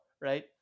right